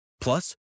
Plus